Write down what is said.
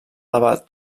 lava